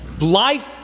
life